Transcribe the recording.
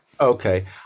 Okay